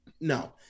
no